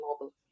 mobile